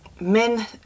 men